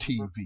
TV